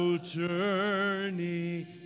journey